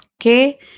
okay